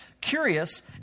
Curious